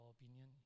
opinion